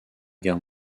guerre